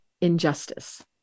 injustice